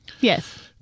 Yes